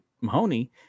Mahoney